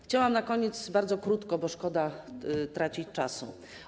Chciałam na koniec bardzo krótko, bo szkoda tracić czas.